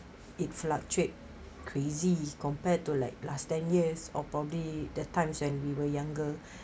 it fluctuate crazy compared to like last ten years or probably the times when we were younger